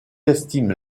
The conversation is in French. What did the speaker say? estime